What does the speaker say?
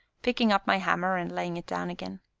picking up my hammer and laying it down again.